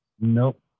Nope